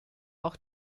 auch